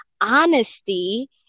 Honesty